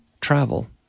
travel